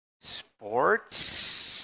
Sports